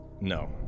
No